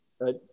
right